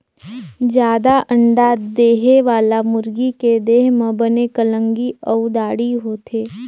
जादा अंडा देहे वाला मुरगी के देह म बने कलंगी अउ दाड़ी होथे